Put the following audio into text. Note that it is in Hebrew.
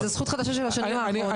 זאת זכות חדשה של השנים האחרונות.